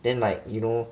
then like you know